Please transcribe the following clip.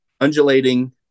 undulating